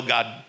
God